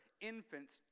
infants